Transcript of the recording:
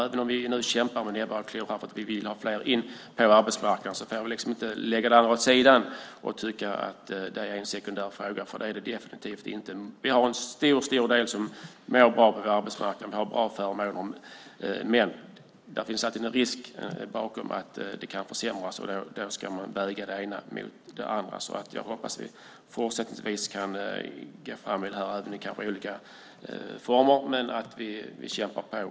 Även om vi nu kämpar med näbbar och klor för att få in fler på arbetsmarknaden får vi inte lägga det andra åt sidan och tycka att det är en sekundär fråga, för det är det definitivt inte. Vi har en stor del som mår bra på arbetsmarknaden, och vi har bra förmåner. Men det finns alltid en risk för att det kan försämras. Man ska väga det ena mot det andra. Jag hoppas att vi fortsättningsvis kan gå fram i det här, även om det kanske är i olika former. Vi kämpar på.